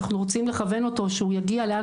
אנחנו רוצים לכוון אותו שהוא יגיע לאן